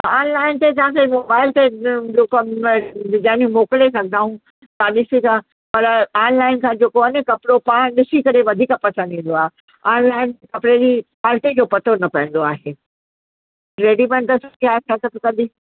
online ते जाते mobile ते जेको आहे जंहिं में मोकिले सघंदा आहियूं तव्हां ॾिसिजो पर ऑनलाइन सां जेको आहे न कपिड़ो पाण ॾिसी करे वधीक पसंदि ईंदो आहे ऑनलाइन कपिड़े जी कॉलिटी जो पतो न पवंदो आहे रेडीमेड ड्रेसिस आहे